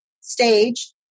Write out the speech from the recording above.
stage